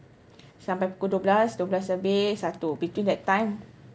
sampai pukul dua belas dua belas lebih satu between that time